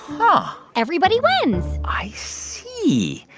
and everybody wins i see.